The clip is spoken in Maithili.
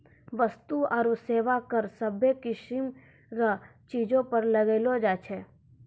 वस्तु आरू सेवा कर सभ्भे किसीम रो चीजो पर लगैलो जाय छै